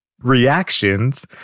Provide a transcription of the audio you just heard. reactions